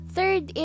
Third